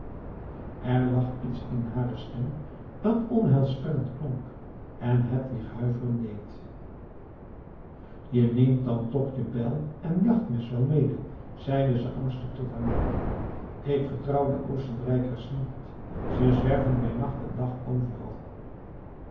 er lag iets in hare stem dat onheilspellend klonk en hedwig huiveren deed je neemt dan toch je bijl en jachtmes wel mede zeide ze angstig tot haar man ik vertrouw de oostenrijkers niet ze zwerven bij nacht en dag overal